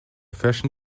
fashion